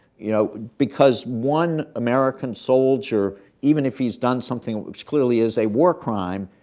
you know, because one american soldier, even if he's done something which clearly is a war crime,